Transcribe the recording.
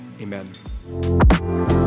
Amen